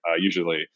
usually